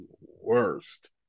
worst